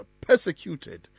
persecuted